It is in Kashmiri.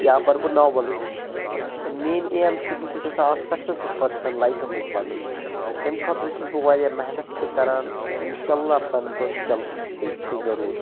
یا پرٕ بہٕ ناولٕز میٲنۍ ایم چھِ بہٕ چھُس یَژھان اکھ سکسٮ۪سفُل پٔرسن لایفہِ منٛز بنُن تمہِ خٲطرٕ چھُس بہٕ وارِیاہ محنت تہِ کَران اِنشااللہ بنہٕ بہٕ جلدی تہٕ ضُروٗر